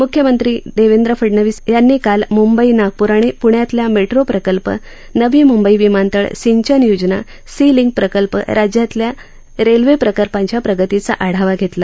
मुख्यमंत्री देवेंद्र फडणवीस यांनी काल मुंबई नागपूर आणि प्ण्यातल्या मेट्रो प्रकल्प नवी मुंबई विमानतळ सिंचन योजना सी लिंक प्रकल्प राज्यातल्या रेल्वे प्रकल्पांच्या प्रगतीचा आढावा घेतला